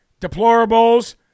deplorables